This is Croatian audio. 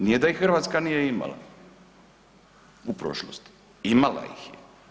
Nije da ih Hrvatska nije imala u prošlosti, imala ih je.